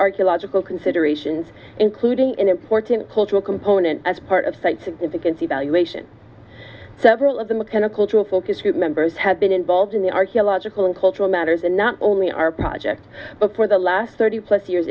archaeological considerations including an important cultural component as part of site significance evaluation several of the mechanical to a focus group members have been involved in the archaeological and cultural matters and not only our project but for the last thirty plus years